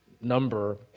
number